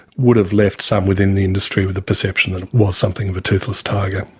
would have left some within the industry with a perception that it was something of a toothless tiger.